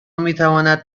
میتواند